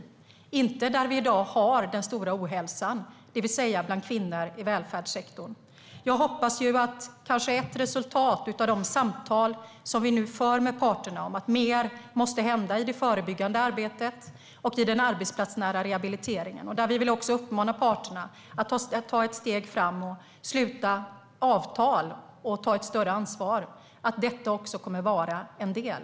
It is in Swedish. Det är inte den som finns där vi i dag har den stora ohälsan, det vill säga bland kvinnor i välfärdssektorn. Jag hoppas på ett resultat av de samtal som vi nu för med parterna om att mer måste hända i det förebyggande arbetet och i den arbetsplatsnära rehabiliteringen. Vi vill uppmana parterna att ta ett steg fram, sluta avtal och ta ett större ansvar. Där hoppas jag att detta kommer att vara en del.